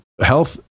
health